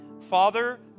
Father